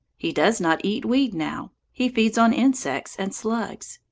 he does not eat weed now. he feeds on insects and slugs.